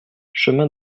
chemin